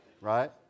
right